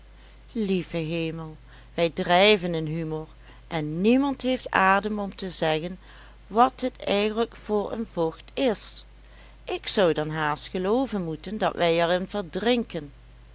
lieve hemel wij drijven in humor en niemand heeft adem om te zeggen wat het eigenlijk voor een vocht is ik zou dan haast gelooven moeten dat wij er in verdrinken